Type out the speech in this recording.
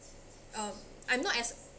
uh I'm not as